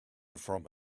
from